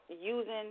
using